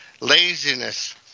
laziness